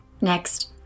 Next